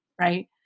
right